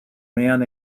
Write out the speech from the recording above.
man